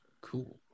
Cool